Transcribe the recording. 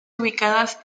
ubicadas